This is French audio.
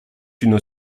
une